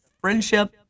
friendship